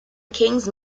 kings